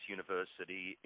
University